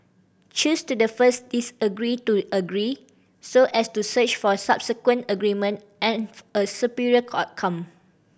choose to the first disagree to agree so as to search for subsequent agreement and a superior outcome